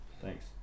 thanks